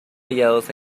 hallados